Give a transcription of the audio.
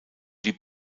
die